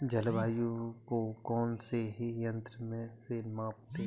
जलवायु को कौन से यंत्र से मापते हैं?